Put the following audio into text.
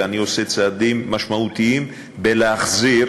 ואני עושה צעדים משמעותיים להחזיר,